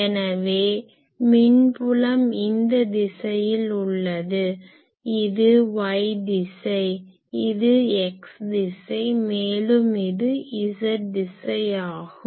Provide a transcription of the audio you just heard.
எனவே மின் புலம் இந்த திசையில் உள்ளது இது y திசை இது x திசை மேலும் இது z திசை ஆகும்